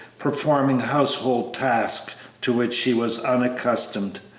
performing household tasks to which she was unaccustomed,